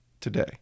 today